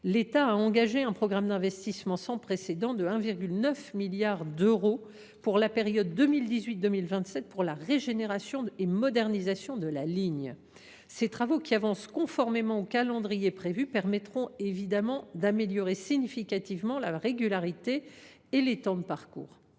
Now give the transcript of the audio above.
L’État a engagé un programme d’investissement sans précédent de 1,9 milliard d’euros sur la période 2018 2027 pour la régénération et la modernisation de la ligne. Ces travaux, qui avancent conformément au calendrier prévu, permettront d’améliorer significativement la régularité et les temps de parcours.